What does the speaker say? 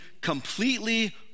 completely